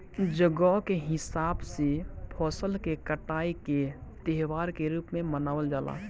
जगह के हिसाब से फसल के कटाई के त्यौहार के रूप में मनावल जला